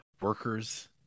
workers